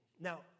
Now